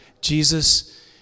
Jesus